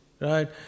right